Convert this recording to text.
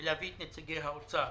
ולהביא את נציגי האוצר.